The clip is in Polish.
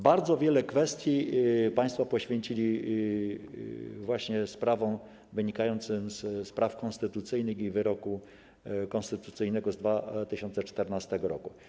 Bardzo wiele miejsca państwo poświęcili właśnie sprawom wynikającym z praw konstytucyjnych i wyroku konstytucyjnego z 2014 r.